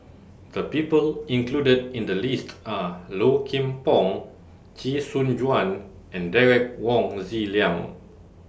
The People included in The list Are Low Kim Pong Chee Soon Juan and Derek Wong Zi Liang